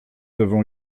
avons